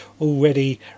already